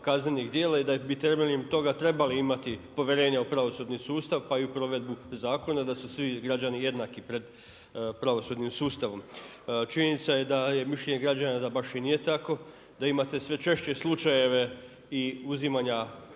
kaznenih djela i da bi temeljem toga trebali imati povjerenje u pravosudni sustav pa i u provedbu zakona da su svi građani jednaki pred pravosudnim sustavom. Činjenica je da je mišljenje građana da baš i nije tako, da imate sve češće slučajeve i uzimanja